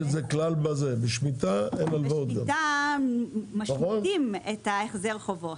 כלל, משמיטים את החזר החובות.